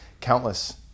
countless